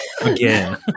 Again